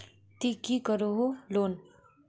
ती की करोहो लोन?